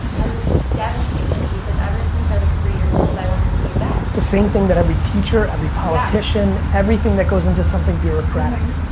i was devastated. because ever since i was three years old i wanted to be a vet. it's the same thing every teacher, every politician everything that goes into something bureaucratic.